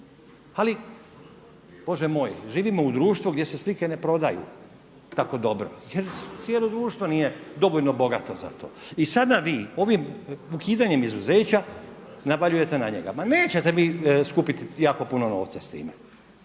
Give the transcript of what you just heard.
Ali Bože moj živimo u društvu gdje se slike ne prodaju tako dobro jer cijelo društvo nije dovoljno bogato za to. I sada vi ovim ukidanjem izuzeća navaljujete na njega. Pa nećete skupiti jako puno novca s time.